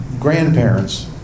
grandparents